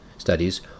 studies